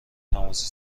تماسی